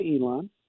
Elon